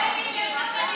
בבקשה, בבקשה,